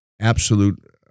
absolute